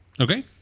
Okay